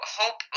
hope